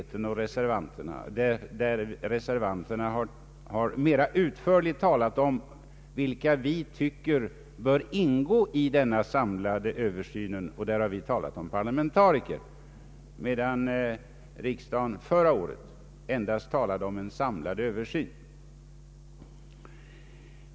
Reservanterna har mera utförligt talat om vilka de anser bör ingå bland dem som skall utföra översynen. Vi har talat om parlamentariker, medan riksdagen förra året endast talade om en samlad översyn.